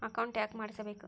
Account ಯಾಕ್ ಮಾಡಿಸಬೇಕು?